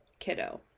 kiddo